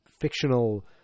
fictional